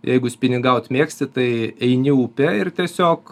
jeigu spiningaut mėgsti tai eini upe ir tiesiog